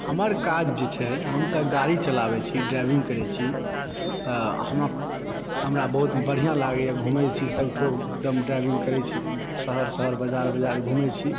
हमर काज जे छै हम तऽ गाड़ी चलाबैत छी ड्राइविंग करैत छी तऽ हम हमरा बहुत बढ़िआँ लागयए घुमैत छी सभठाम हम ड्राइविंग करैत छी शहर शहर बाजार बाजार घुमैत छी